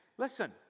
Listen